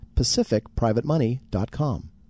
PacificPrivateMoney.com